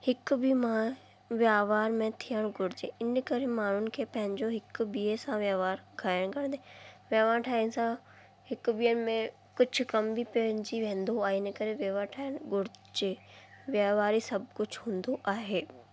हिकु बि मां वहिवार में थियणु घुरिजे इन करे माण्हुनि खे पंहिंजो हिकु ॿिए सां वहिवार रखाइण करिजे वहिवार ठाहिण सां हिकु ॿिए में कुझु कम बि पइजी वेंदो आहे इन करे वहिवार ठाहिन घुरिजे वहिवार ई सभु कुझु हूंदो आहे